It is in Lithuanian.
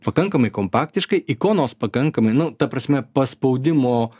pakankamai kompaktiškai ikonos pakankamai nu ta prasme paspaudimo